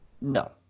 No